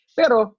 pero